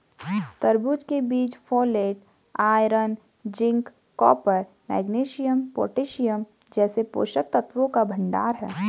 तरबूज के बीज folate, iron, zinc, copper, magnesium, potassium जैसे पोषक तत्वों का भंडार है